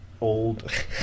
old